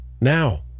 Now